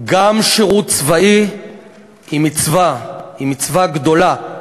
גם שירות צבאי הוא מצווה, מצווה גדולה.